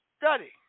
study